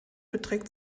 beträgt